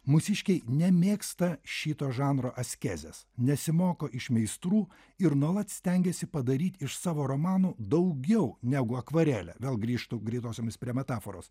mūsiškiai nemėgsta šito žanro askezės nesimoko iš meistrų ir nuolat stengiasi padaryti iš savo romanų daugiau negu akvarele vėl grįžtu greitosiomis prie metaforos